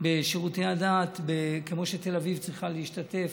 בשירותי הדת כמו שתל אביב צריכה להשתתף,